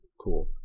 cool